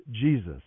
Jesus